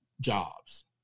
jobs